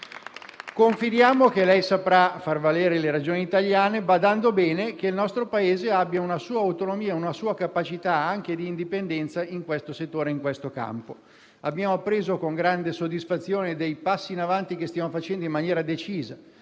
Confidiamo che lei saprà far valere le ragioni italiane, badando bene che il nostro Paese abbia una sua autonomia e una sua capacità anche di indipendenza in questo settore. Abbiamo appreso con grande soddisfazione dei passi in avanti che stiamo facendo in maniera decisa.